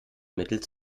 mittel